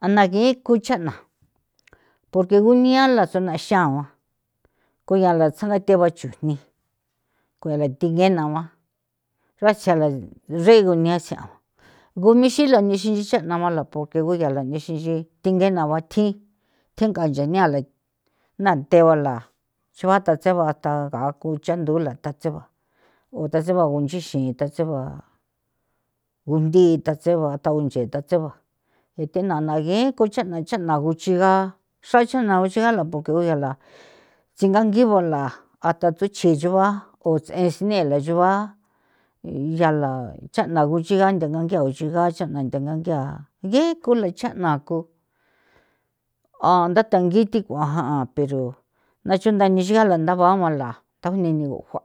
A na ge kucha'na porque gunia la xona xa'uan koyala tsjanga theba chujni ko ala thige naua xroa chala rigunatsja g ixila nixin nchi che'na guala porque guyala nixinchi thingena ba thji thjenga yaniala na theguala cho'a thatse ba tha gaa ko chandula thatse ba o thatse ba gunchixi thatse ba gundi thatse ba tha unchee thatse ba ithena na gee ko chana chana guchiga xra cha'na uchiga la porque uyala tsingangi bala atha tsuchii chuba ko tse'e sinela chuba yala chana guchiga ndanga ngia uchiga chana ndanga ngia ge kola chana ko a nda thangi thi k'ua jan pero na chunda nichigala nda baguala tha junenigua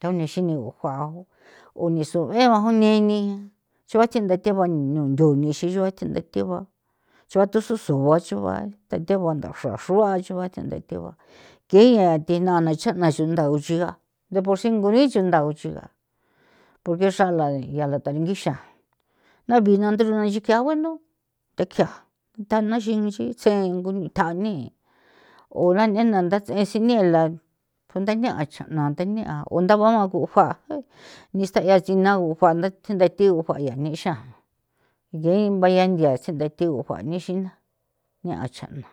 tha unexinigo juao o nisu'e ba junee ni choa sindathe ba nundu nixiyua yhende the ba choa tususu guachu ba nda thegua ndaxra xroa achuba thendete ba thia thi nana chana xunda uchiga deporsi ngui chunda uchiga porque xrala yala tharengixa na bintha nthuru naxin ke gueno nthakjiaa nthana nixinchi tsjen nguni thjanee o raa nena ntha thee sinela undaya chajna thene'a oo nthaba ujuaa nista'ia sinau juaa nda the nda thjagu jua ya nexa nge bayandia sindathe gujua nixina nia'an cha'na.